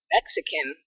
Mexican